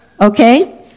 Okay